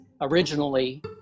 Originally